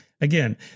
again